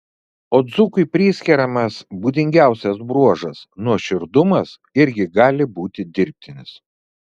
o dzūkui priskiriamas būdingiausias bruožas nuoširdumas irgi gali būti dirbtinis